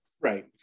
right